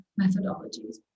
methodologies